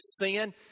sin